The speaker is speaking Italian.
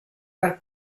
per